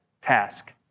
task